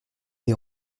des